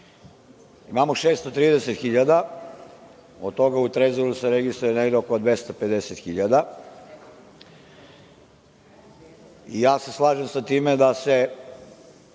Imamo 630.000, a od toga u Trezoru se registruje negde oko 250.000. Ja se slažem sa time da se